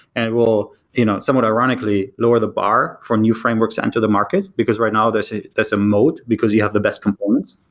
and we'll, you know somewhat ironically, lower the bar for new frameworks to enter the market, because right now there's a there's a mode, because you have the best components,